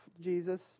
Jesus